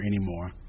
anymore